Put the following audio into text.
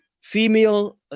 female